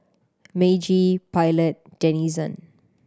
Meiji Pilot Denizen